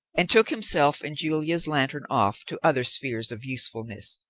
and took himself and julia's lantern off to other spheres of usefulness,